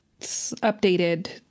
updated